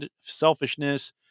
selfishness